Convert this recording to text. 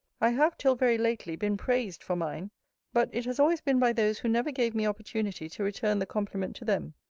i have, till very lately, been praised for mine but it has always been by those who never gave me opportunity to return the compliment to them.